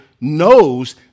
knows